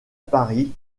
paris